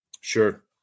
Sure